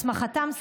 הסמכתם,